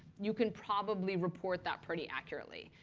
you can probably report that pretty accurately.